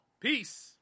Peace